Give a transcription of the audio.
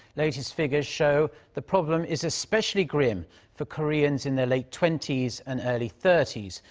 latest figures show the problem is especially grim for koreans in their late twenty s and early thirty s.